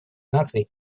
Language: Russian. наций